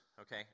Okay